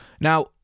Now